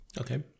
Okay